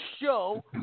show